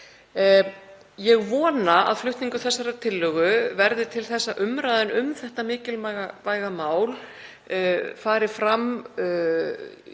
Ég vona að flutningur þessarar tillögu verði til þess að umræðan um þetta mikilvæga mál fari fram